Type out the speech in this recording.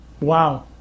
Wow